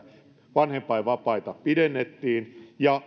vanhempainvapaita pidennettiin ja